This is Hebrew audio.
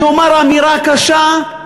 אני אומר אמירה קשה,